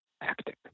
acting